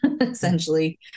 essentially